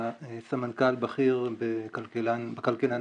וגם סמנכ"ל בכיר בכלכלן הראשי.